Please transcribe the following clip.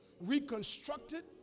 reconstructed